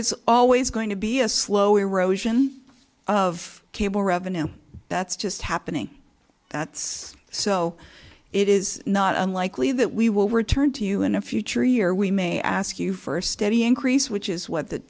is always going to be a slow erosion of cable revenue that's just happening that's so it is not unlikely that we will return to you in a future year we may ask you first steady increase which is what the